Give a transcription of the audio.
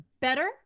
better